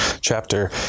chapter